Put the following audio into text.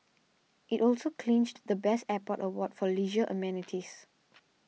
it also clinched the best airport award for leisure amenities